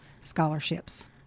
scholarships